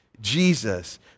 Jesus